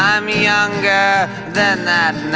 i'm younger than that